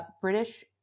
British